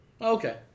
Okay